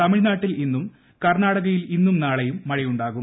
തമിഴ്നാട്ടിൽ ഇന്നും കർണാടകത്തിലും ഇന്നും നാളെയും മഴയുണ്ടാകും